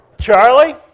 Charlie